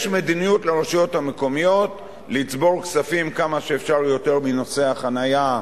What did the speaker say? יש מדיניות ברשויות המקומיות לצבור כספים כמה שאפשר יותר מנושא החנייה